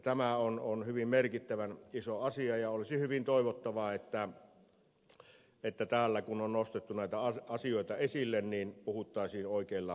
tämä on hyvin merkittävän iso asia ja olisi hyvin toivottavaa että täällä kun on nostettu näitä asioita esille puhuttaisiin oikeilla termeillä